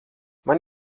man